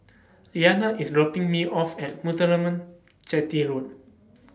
Liana IS dropping Me off At Muthuraman Chetty Road